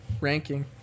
ranking